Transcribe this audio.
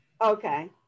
Okay